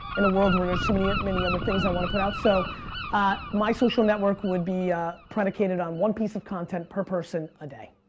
in a world where there's so many many other things i want to put out, so my social network would be predicated on one piece of content per person a day.